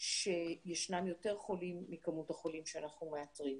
שישנם יותר חולים מכמות החולים שאנחנו מאתרים.